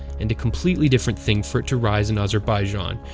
and a completely different thing for it to rise in azerbaijan,